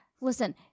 Listen